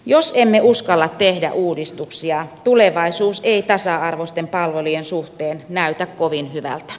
jos emme uskalla tehdä uudistuksia tulevaisuus ei tasa arvoisten palvelujen suhteen näytä kovin hyvältä